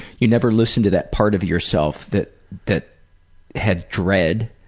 you never listened to that part of yourself that that had dread